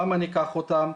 למה ניקח אותם?